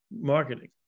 marketing